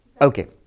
Okay